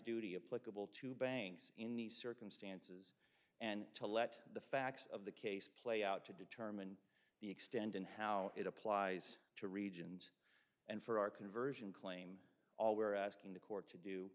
duty a pleasurable to banks in these circumstances and to let the facts of the case play out to determine the extent and how it applies to regions and for our conversion claim all we're asking the court to do